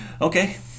Okay